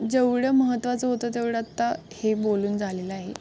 जेवढं महत्त्वाचं होतं तेवढं आता हे बोलून झालेलं आहे